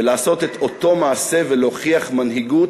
ולעשות את אותו מעשה ולהוכיח מנהיגות,